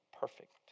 perfect